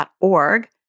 org